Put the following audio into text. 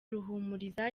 ruhumuriza